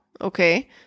okay